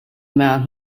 man